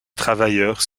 travailleurs